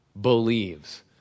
believes